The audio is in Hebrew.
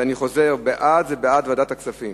ההצעה להעביר את הנושא לוועדת הכספים